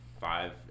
five